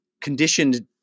conditioned